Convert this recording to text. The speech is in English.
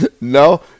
no